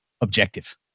objective